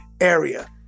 area